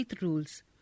rules